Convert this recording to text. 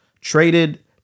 traded